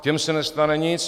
Těm se nestane nic.